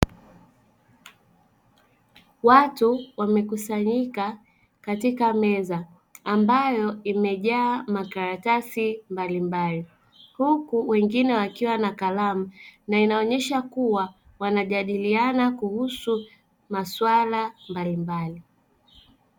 Watu wamekusanyika katika meza, ambayo imejaa makaratasi mbalimbali, huku wengine wakiwa na kalamu na inaonyesha kuwa wanajadiliana kuhusu masuala mbalimbali.